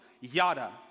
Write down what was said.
Yada